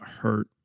hurt